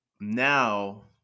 now